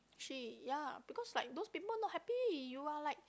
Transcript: she ya because like those people not happy you are like